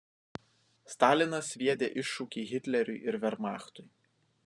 stalinas sviedė iššūkį hitleriui ir vermachtui